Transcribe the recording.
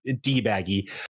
d-baggy